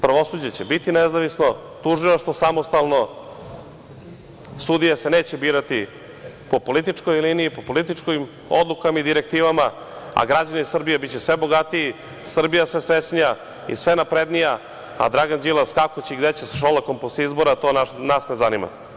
Pravosuđe će biti nezavisno, tužilaštvo samostalno, sudije se neće birati po političkoj liniji, po političkim odlukama i direktivama, a građani Srbije biće sve bogatiji, Srbija sve srećnija i sve naprednija, a Dragan Đilas kako će i gde će sa Šolakom posle izbora, to nas ne zanima.